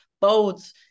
boats